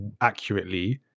accurately